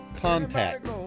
contact